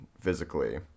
physically